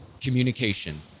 Communication